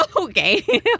okay